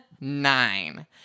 nine